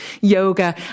yoga